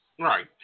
right